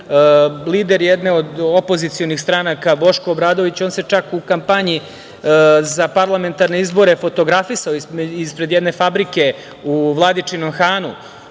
Lider jedne od opozicionih stranaka, Boško Obradović se čak u kampanji za parlamentarne izbore fotografisao ispred jedne fabrike u Vladičinom Hanu